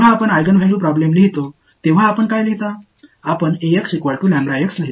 நீங்கள் ஒரு ஈஜென்வெல்யூ சிக்கலை எழுதும்போது நீங்கள் என்ன எழுதுகிறீர்கள்